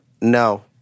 no